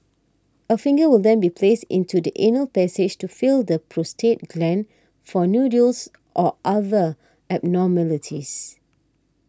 a finger will then be placed into the anal passage to feel the prostate gland for nodules or other abnormalities